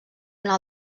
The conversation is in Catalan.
una